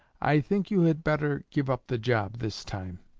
i think you had better give up the job this time